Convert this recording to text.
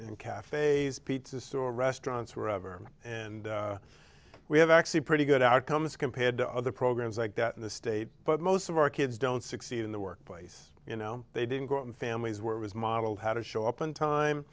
in cafes pizza store restaurants were over and we have actually pretty good outcomes compared to other programs like that in the state but most of our kids don't succeed in the workplace you know they didn't grow up in families where was model how to show up on time